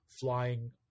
flying